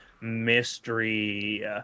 mystery